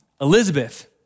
Elizabeth